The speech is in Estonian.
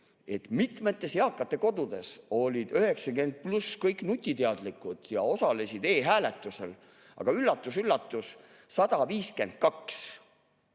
mitmetes eakate kodudes olid 90+ kõik nutiteadlikud ja osalesid e‑hääletusel. Aga üllatus-üllatus, 152